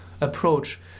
approach